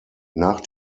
nach